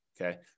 Okay